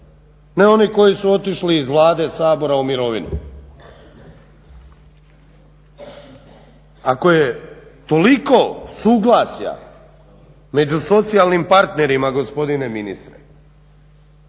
Ne oni koji su otišli iz Vlade i Sabora u mirovinu. Ako je toliko suglasja među socijalnim partnerima, gospodine ministre,